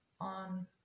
on